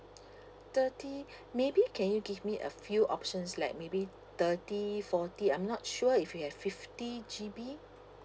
thirty maybe can you give me a few options like maybe thirty forty I'm not sure if you have fifty G_B